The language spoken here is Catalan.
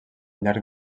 llarg